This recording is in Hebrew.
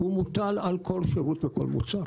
הוא מוטל על כל שירות ועל כל מוצר.